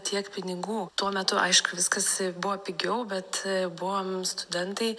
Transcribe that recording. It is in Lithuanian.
tiek pinigų tuo metu aišku viskas buvo pigiau bet buvom studentai